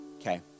Okay